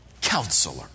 counselor